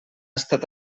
estat